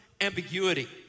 ambiguity